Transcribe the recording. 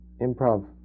improv